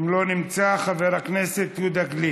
לא נמצא, חבר הכנסת מיקי רוזנטל,